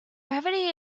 brevity